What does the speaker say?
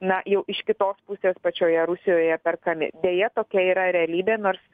na jau iš kitos pusės pačioje rusijoje perkami deja tokia yra realybė nors